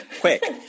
quick